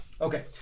Okay